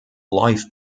life